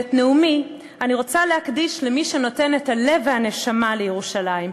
את נאומי אני רוצה להקדיש למי שנותן את הלב והנשמה לירושלים,